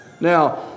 Now